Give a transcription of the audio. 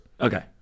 Okay